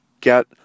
get